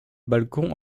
balcon